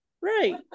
Right